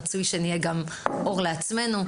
רצוי שנהיה גם אור לעצמנו,